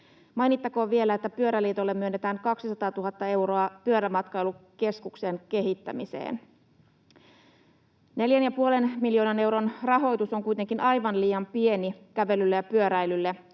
Mainittakoon vielä, että Pyöräliitolle myönnetään 200 000 euroa Pyörämatkailukeskuksen kehittämiseen. 4,5 miljoonan euron rahoitus on kuitenkin aivan liian pieni kävelylle ja pyöräilylle,